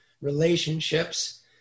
relationships